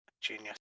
Genius